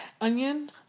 Onion